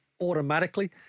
automatically